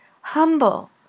Humble